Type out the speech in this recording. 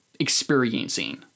experiencing